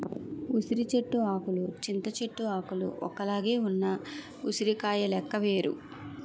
ఉసిరి చెట్టు ఆకులు చింత చెట్టు ఆకులు ఒక్కలాగే ఉన్న ఉసిరికాయ లెక్క వేరు